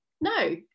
no